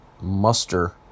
muster